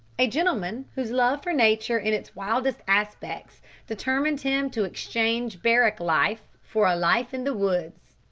a gentleman whose love for nature in its wildest aspects determined him to exchange barrack life for a life in the woods.